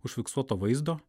užfiksuoto vaizdo